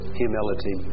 humility